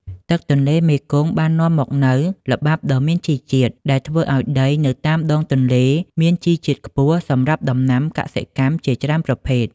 ទឹកទន្លេមេគង្គបាននាំមកនូវល្បាប់ដ៏មានជីជាតិ ដែលធ្វើឲ្យដីនៅតាមដងទន្លេមានជីជាតិខ្ពស់សម្រាប់ដំណាំកសិកម្មជាច្រើនប្រភេទ។